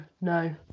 no